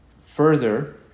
Further